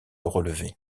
relevés